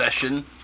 session